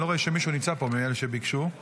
אני לא רואה שמישהו מאלה שביקשו נמצא פה.